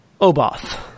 Oboth